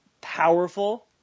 powerful